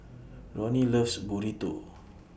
Ronnie loves Burrito